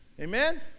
Amen